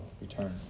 return